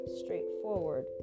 straightforward